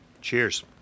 cheers